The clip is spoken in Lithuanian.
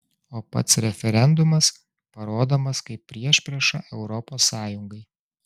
o pats referendumas parodomas kaip priešprieša europos sąjungai